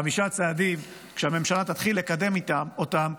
חמישה צעדים שכשהממשלה תתחיל לקדם אותם,